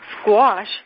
squash